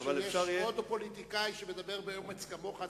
עד שיש עוד פוליטיקאי שמדבר באומץ כמוך,